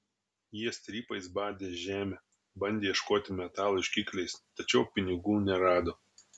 jie strypais badė žemę bandė ieškoti metalo ieškikliais tačiau pinigų nerado